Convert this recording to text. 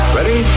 Ready